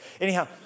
Anyhow